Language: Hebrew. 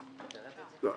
עכשיו